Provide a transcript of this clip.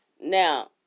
Now